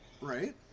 Right